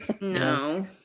no